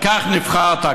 לכך נבחרת,